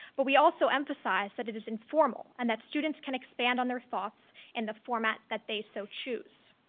but we also emphasize that it is informal and that students can expand on their thoughts and the format that they so choose.